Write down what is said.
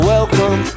Welcome